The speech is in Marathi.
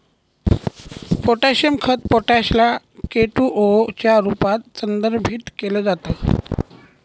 पोटॅशियम खत पोटॅश ला के टू ओ च्या रूपात संदर्भित केल जात